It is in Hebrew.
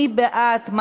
מי בעד?